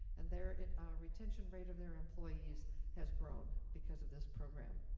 and their retention rate of their employees has grown because of this program.